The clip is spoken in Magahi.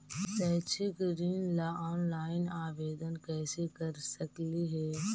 शैक्षिक ऋण ला ऑनलाइन आवेदन कैसे कर सकली हे?